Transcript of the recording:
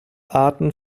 arten